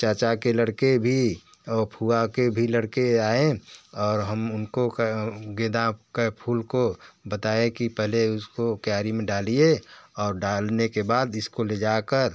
चाचा के लड़के भी और फूफा के भी लड़के आए और हम उनको गेंदे के फूल को बताए कि पहले उसको क्यारी में डालिए और डाल और डालने के बाद इसको ले जा कर